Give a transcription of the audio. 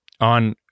on